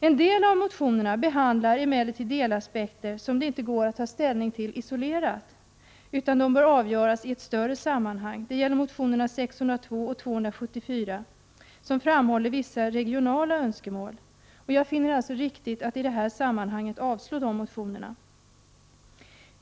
En del av motionerna behandlar emellertid aspekter som det inte går att ta ställning till isolerat utan som bör avgöras i ett större sammanhang. Det gäller motionerna Jo602 och Jo274, där man framhåller vissa regionala önskemål. Jag finner det alltså riktigt att i detta sammanhang avslå dessa motioner.